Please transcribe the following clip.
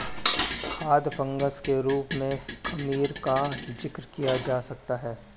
खाद्य फंगस के रूप में खमीर का जिक्र किया जा सकता है